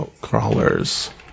Crawlers